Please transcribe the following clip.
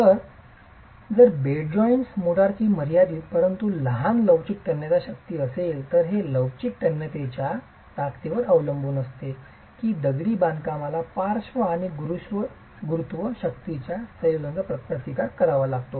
तर जर bed joint मोर्टारची मर्यादित परंतु लहान लवचिक तन्यता शक्ती असेल तर ते लवचिक तन्यतेच्या ताकदीवर अवलंबून असते की दगडी बांधकामाला पार्श्व आणि गुरुत्व शक्तींच्या संयोजनाचा प्रतिकार करावा लागतो